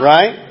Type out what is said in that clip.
Right